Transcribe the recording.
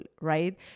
right